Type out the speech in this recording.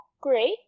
great